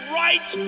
right